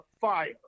fire